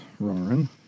Roran